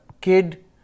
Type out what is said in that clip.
kid